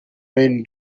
rain